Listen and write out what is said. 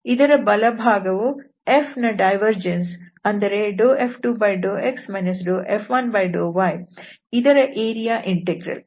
ಇದರ ಬಲಭಾಗವು F ನ ಡೈವರ್ಜೆನ್ಸ್ ಅಂದರೆ F2∂x F1∂y ಇದರ ಏರಿಯಾ ಇಂಟೆಗ್ರಲ್